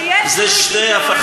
כשיש ריק